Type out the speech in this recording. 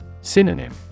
Synonym